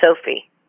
Sophie